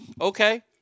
Okay